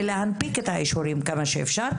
ולהנפיק את האישורים כמה שאפשר.